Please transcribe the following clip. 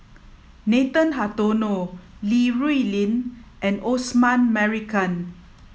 Nathan Hartono Li Rulin and Osman Merican